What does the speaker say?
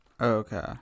Okay